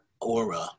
Aura